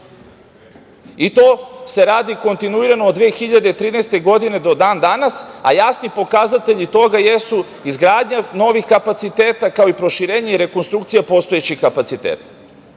I to se radi kontinuirano od 2013. godine do dan danas, a jasni pokazatelji toga jesu izgradnja novih kapaciteta, kao i proširenje i rekonstrukcija postojećih kapaciteta. Tu